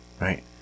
Right